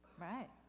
Right